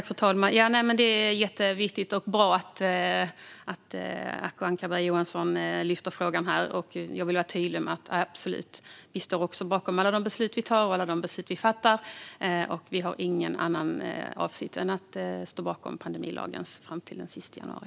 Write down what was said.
Fru talman! Det är jätteviktigt och bra att Acko Ankarberg Johansson lyfter upp frågan här. Jag vill vara tydlig med att vi också står bakom alla beslut vi fattar. Vi har ingen annan avsikt än att stå bakom pandemilagen fram till den 31 januari.